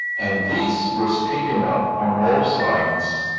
and this was taken up on all sides,